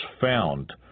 found